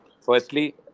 firstly